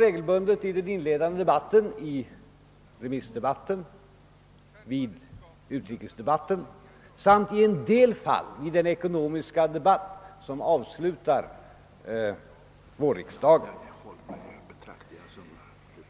regelbundet deltar i den inledande debatten vid remissdebatt, utrikesdebatt samt i en del fall vid den ekonomiska debatt som avslutar vårriksdagen.